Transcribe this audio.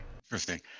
interesting